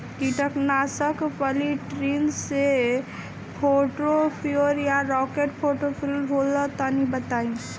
कीटनाशक polytrin C forty four या rocket forty four होला तनि बताई?